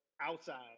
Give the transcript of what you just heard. outside